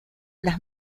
las